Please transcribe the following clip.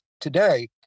today